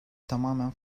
tamamen